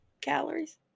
calories